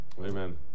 Amen